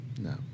no